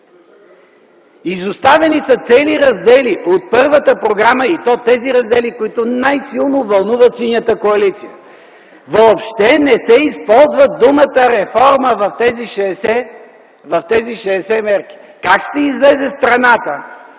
Изоставени са цели раздели от първата програма и то тези раздели, които най-силно вълнуват Синята коалиция. Въобще не се използва думата „реформа” в тези 60 мерки. Как ще излезе страната